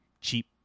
cheap